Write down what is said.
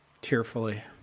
Tearfully